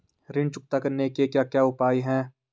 ऋण चुकता करने के क्या क्या उपाय हैं?